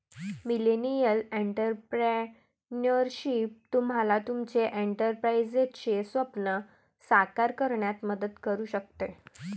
millennial entrepreneurship तुम्हाला तुमचे एंटरप्राइझचे स्वप्न साकार करण्यात मदत करू शकते